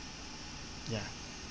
ya